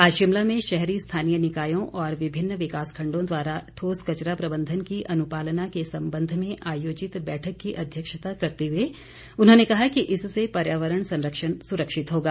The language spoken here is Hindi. आज शिमला में शहरी स्थानीय निकायों और विभिन्न विकास खंडों द्वारा ठोस कचरा प्रबंधन की अनुपालना के संबंध में आयोजित बैठक की अध्यक्षता करते हुए उन्होंने कहा कि इससे पर्यावरण संरक्षण सुरक्षित होगा